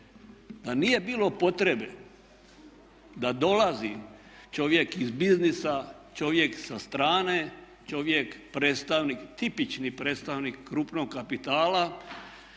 Da nije bilo potrebe da dolazi čovjek iz biznisa, čovjek sa strane, čovjek predstavnik tipični predstavnik krupnog kapitala